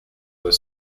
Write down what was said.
were